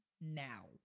Now